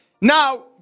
Now